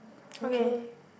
okay